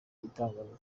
itangaza